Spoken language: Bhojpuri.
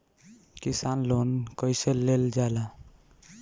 किसान लोन कईसे लेल जाला?